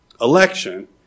Election